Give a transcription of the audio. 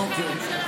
אוקיי,